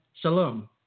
shalom